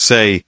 Say